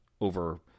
over